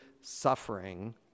suffering